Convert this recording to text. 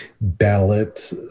ballot